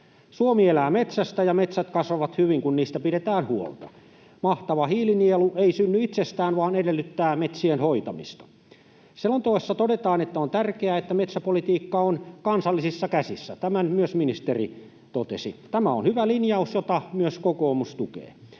Suomi elää metsästä, ja metsät kasvavat hyvin, kun niistä pidetään huolta. Mahtava hiilinielu ei synny itsestään vaan edellyttää metsien hoitamista. Selonteossa todetaan, että on tärkeää, että metsäpolitiikka on kansallisissa käsissä — tämän myös ministeri totesi. Tämä on hyvä linjaus, jota myös kokoomus tukee.